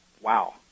wow